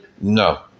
No